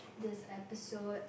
this episode